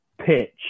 pitch